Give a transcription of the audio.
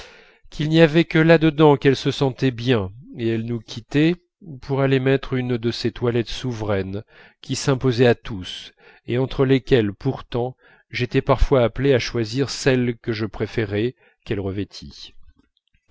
qu'il n'y avait que là dedans qu'elle se sentait bien et elle nous quittait pour aller mettre une de ces toilettes souveraines qui s'imposaient à tous et entre lesquelles pourtant j'étais parfois appelé à choisir celle que je préférais qu'elle revêtît